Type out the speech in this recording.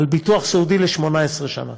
על ביטוח סיעודי ל-18 שנה.